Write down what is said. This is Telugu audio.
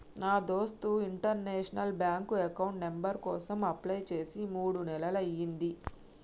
నా దోస్త్ ఇంటర్నేషనల్ బ్యాంకు అకౌంట్ నెంబర్ కోసం అప్లై చేసి మూడు నెలలయ్యింది